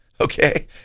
Okay